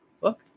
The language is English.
Look